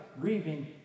grieving